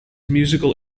musical